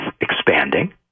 expanding